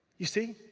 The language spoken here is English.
you see,